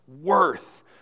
worth